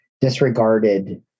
disregarded